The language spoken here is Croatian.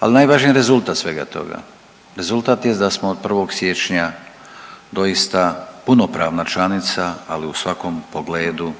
najvažniji je rezultat svega toga. Rezultat je da smo od 1. siječnja doista punopravna članica, ali u svakom pogledu